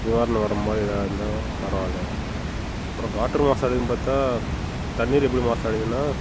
நிவாரணம் வர மாதிரி ஏதாவது இருந்தால் பரவாயில்லை அப்புறம் காற்று மாசடைவுன்னு பார்த்தா க தண்ணீர் எப்படி மாசு அடையதுன்னா